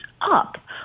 up